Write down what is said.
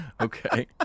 Okay